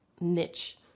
niche